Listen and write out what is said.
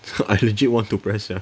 I legit want to press sia